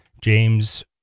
James